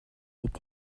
est